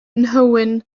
nhywyn